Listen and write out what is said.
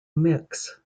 mix